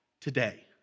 today